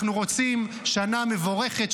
אנחנו רוצים שנה מבורכת,